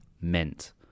meant